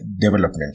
development